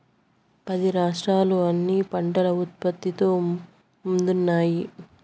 పది రాష్ట్రాలు అన్ని పంటల ఉత్పత్తిలో ముందున్నాయి